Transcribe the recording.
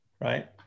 right